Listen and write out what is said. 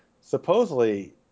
supposedly